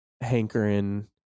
hankering